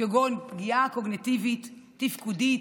כגון פגיעה קוגניטיבית, תפקודית,